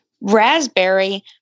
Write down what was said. Raspberry